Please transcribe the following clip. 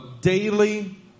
daily